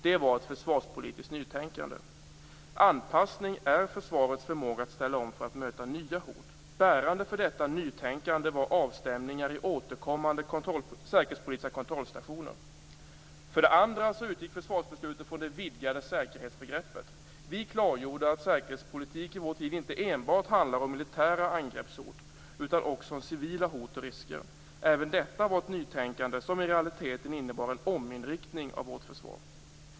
Det var ett försvarspolitiskt nytänkande. Anpassning är försvarets förmåga att ställa om för att möta nya hot. Bärande för detta nytänkande var avstämningar i återkommande säkerhetspolitiska kontrollstationer. För det andra utgick försvarsbeslutet från det vidgade säkerhetsbegreppet. Vi klargjorde att säkerhetspolitik i vår tid inte enbart handlar om militära angreppshot utan också civila hot och risker. Även detta var ett nytänkande som i realiteten innebar en ominriktning av vårt försvar.